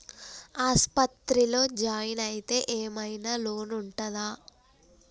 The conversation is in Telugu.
ఆస్పత్రి లో జాయిన్ అయితే ఏం ఐనా లోన్ ఉంటదా?